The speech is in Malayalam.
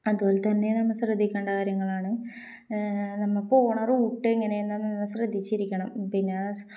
അതുപോലെ തന്നെ നമ്മള് ശ്രദ്ധിക്കേണ്ട കാര്യങ്ങളാണ് നമ്മള് പോകുന്ന റൂട്ട് എങ്ങനെയാണെന്ന് ശ്രദ്ധിച്ചിരിക്കണം പിന്നെ